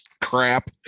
crap